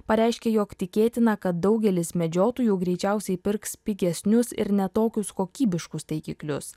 pareiškė jog tikėtina kad daugelis medžiotojų greičiausiai pirks pigesnius ir ne tokius kokybiškus taikiklius